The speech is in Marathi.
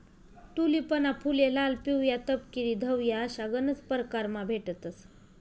टूलिपना फुले लाल, पिवया, तपकिरी, धवया अशा गनज परकारमा भेटतंस